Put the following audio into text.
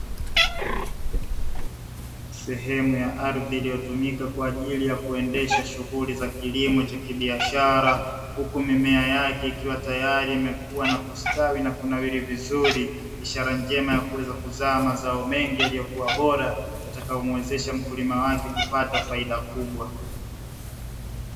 Sehemu ya ardhi iliyotumika kwa ajili ya kuendesha shughuli za kilimo cha kibiashara, huku mimea yake ikiwa tayari imekua na kustawi na kunawiri vizuri, ishara njema ya kuweza kuzaa mazao mengi yaliyokuwa bora, yatakayomuwezesha mkulima wake kupata faida kubwa.